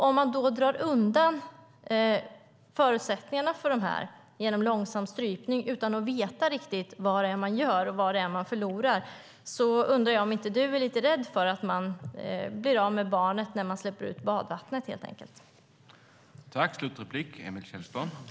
Om man då drar undan förutsättningarna för dem genom långsam strypning - utan att veta riktigt vad man gör och vad man förlorar - då undrar jag om du inte är lite rädd för att man helt enkelt kastar ut barnet med badvattnet.